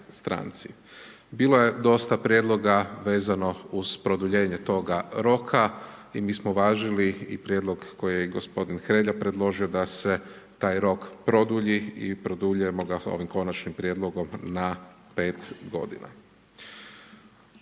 Bilo je dosta prijedloga vezano uz produljenje toga roka i mi smo uvažili i prijedlog kojeg je gospodin Hrelja predložio, da se taj rok produlji i produljujemo ga ovim Konačnim prijedlogom na 5 godina.